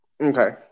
Okay